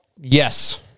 Yes